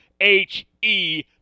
H-E